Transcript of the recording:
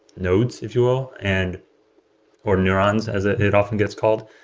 nodes, if you will, and or neurons as ah it often gets called.